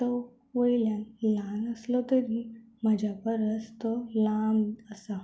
तो वयल्यान ल्हान आसलो तरी म्हज्या परस तो लांब आसा